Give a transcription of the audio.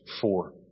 four